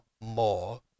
more